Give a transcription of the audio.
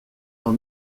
dans